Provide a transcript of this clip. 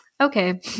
okay